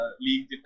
league